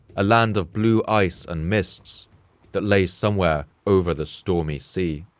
a land of blue ice and mists that lay somewhere over the stormy sea.